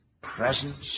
presence